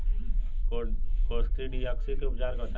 Coccidiosis के उपचार बताई?